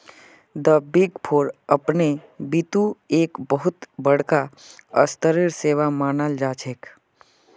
द big four अपने बितु एक बहुत बडका स्तरेर सेवा मानाल जा छेक